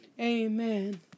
Amen